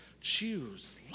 Choose